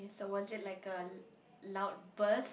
so was it like a loud burst